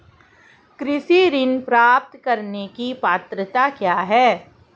कृषि ऋण प्राप्त करने की पात्रता क्या है?